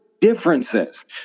Differences